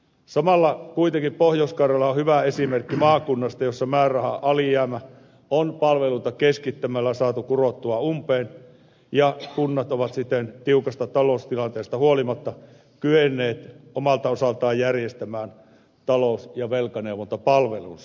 samalla kuitenkin pohjois karjala on hyvä esimerkki maakunnasta jossa määräraha alijäämä on palveluita keskittämällä saatu kurottua umpeen ja kunnat ovat siten tiukasta taloustilanteesta huolimatta kyenneet omalta osaltaan järjestämään talous ja velkaneuvontapalvelunsa